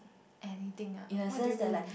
anything ah what do you mean